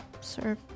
sir